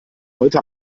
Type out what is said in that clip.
heute